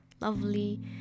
lovely